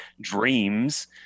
dreams